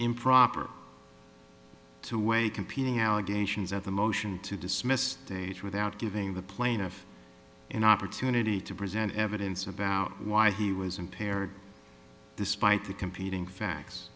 improper to weigh competing allegations at the motion to dismiss stage without giving the plaintiff an opportunity to present evidence about why he was impaired despite the competing facts